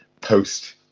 post